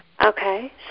Okay